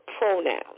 pronouns